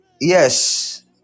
Yes